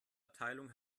abteilung